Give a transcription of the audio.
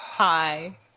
Hi